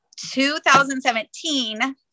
2017